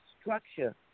structure